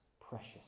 precious